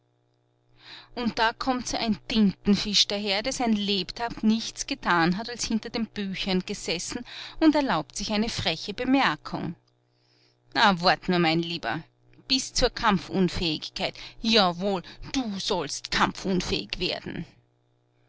und da kommt so ein tintenfisch daher der sein lebtag nichts getan hat als hinter den büchern gesessen und erlaubt sich eine freche bemerkung ah wart nur mein lieber bis zur kampfunfähigkeit jawohl du sollst so kampfunfähig werden